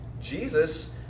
Jesus